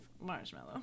marshmallow